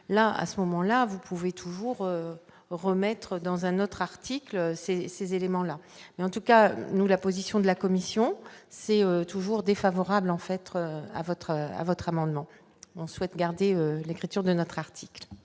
là à ce moment-là, vous pouvez toujours remettre dans un autre article ces ces éléments-là, mais en tout cas nous la position de la Commission, c'est toujours défavorable en fait être à votre à votre amendement bon souhaite garder l'écriture de notre article